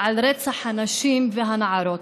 על רצח הנשים והנערות.